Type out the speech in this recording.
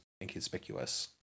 inconspicuous